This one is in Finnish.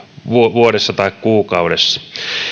vuodessa tai kuukaudessa